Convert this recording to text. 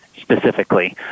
specifically